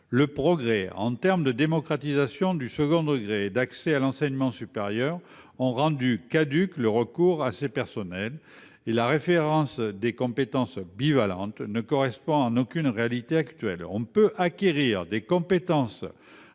Le progrès, en termes de démocratisation du second degré, de l'accès à l'enseignement supérieur a rendu caduc le recours à ces personnels. La référence des compétences bivalentes ne correspond plus à aucune réalité actuelle. On peut acquérir des compétences